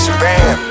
bam